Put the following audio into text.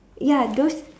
ya those